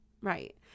right